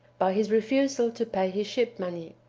by his refusal to pay his ship money,